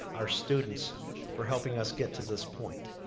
our students for helping us get to this point.